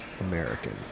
American